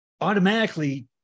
Automatically